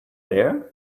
there